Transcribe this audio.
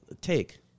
take